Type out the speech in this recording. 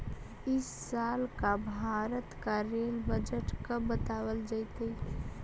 इस साल का भारत का रेल बजट कब बतावाल जतई